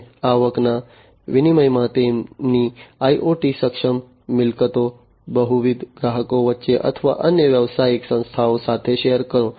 અને આવકના વિનિમયમાં તેમની IoT સક્ષમ મિલકતો બહુવિધ ગ્રાહકો વચ્ચે અથવા અન્ય વ્યવસાયિક સંસ્થાઓ સાથે શેર કરો